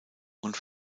und